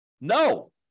No